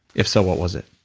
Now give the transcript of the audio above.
if so, what was it?